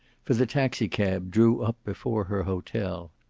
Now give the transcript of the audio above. for the taxicab drew up before her hotel.